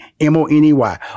M-O-N-E-Y